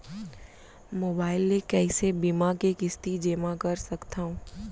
Mobile ले कइसे बीमा के किस्ती जेमा कर सकथव?